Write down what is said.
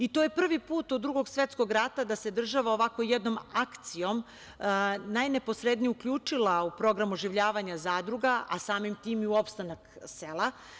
I to je prvi put od Drugog svetskog rata da se država ovako jednom akcijom najneposrednije uključila u programu oživljavanja zadruga, a samim tim i u opstanak sela.